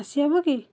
ଆସି ହବକି